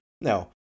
Now